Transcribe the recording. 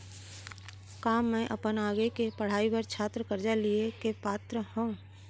का मै अपन आगे के पढ़ाई बर छात्र कर्जा लिहे के पात्र हव?